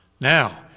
Now